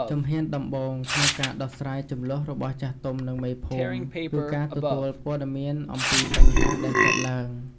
ជំហានដំបូងក្នុងការដោះស្រាយជម្លោះរបស់ចាស់ទុំ និងមេភូមិ គឺការទទួលព័ត៌មានអំពីបញ្ហាដែលកើតឡើង។